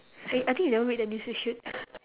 I I think you never read the news you should